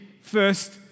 first